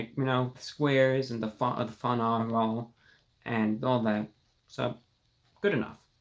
you know squares and the font of fun on wall and all that so good enough